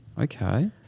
okay